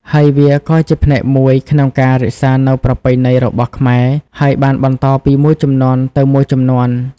ហើយវាក៏ជាផ្នែកមួយក្នុងការ រក្សានូវប្រពៃណីរបស់ខ្មែរ ហើយបានបន្តពីមួយជំនាន់ទៅមួយជំនាន់។